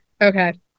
Okay